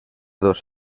dos